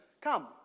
come